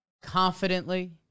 confidently